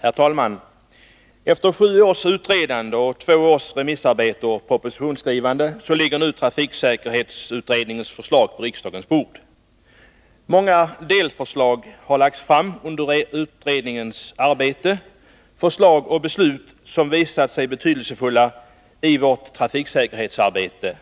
Herr talman! Efter sju års utredande och två års remissarbete och propositionsskrivande ligger nu trafiksäkerhetsutredningens förslag på riksdagens bord. Många delförslag har lagts fram under utredningens arbete. Dessa förslag och de beslut som fattats på grundval av dem har visat sig betydelsefulla i vårt trafiksäkerhetsarbete,